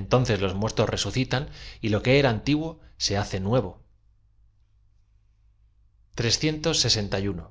entonces loa muertos resucitan y lo que era antiguo se hace nuevo zql m